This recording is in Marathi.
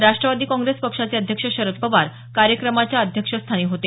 राष्ट्रवादी काँग्रेस पक्षाचे अध्यक्ष शरद पवार कार्यक्रमाच्या अध्यक्षस्थानी होते